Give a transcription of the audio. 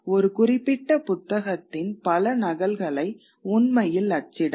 ஒரு குறிப்பிட்ட புத்தகத்தின் பல நகல்களை உண்மையில் அச்சிடலாம்